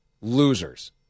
Losers